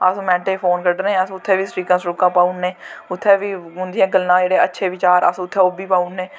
अस मैंटै च फोन क'ड्ढने उत्थैं बी सट्रिकां सटूकां पाई ओड़ने उत्थैं बी उंदियां गल्लां अच्छे विचार उत्थैं अस ओह्बी पाई ओड़ने